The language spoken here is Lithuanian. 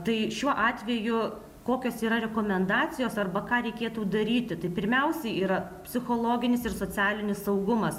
tai šiuo atveju kokios yra rekomendacijos arba ką reikėtų daryti tai pirmiausiai yra psichologinis ir socialinis saugumas